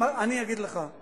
אני אגיד לך,